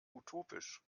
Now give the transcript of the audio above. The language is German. utopisch